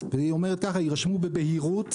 שאומרת כך: "יירשמו בבהירות"